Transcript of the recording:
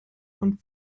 von